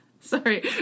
Sorry